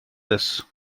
this